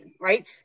right